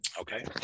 okay